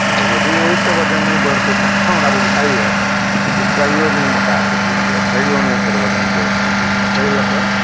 आओर यदि ओहिसँ वजन नहि बढ़तै तऽ हमरा बुझाइए ओ कहियो नहि मोटा सकैए कहियो नहि ओकर वजन बढ़ि सकैए ताहिलए कऽ